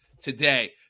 today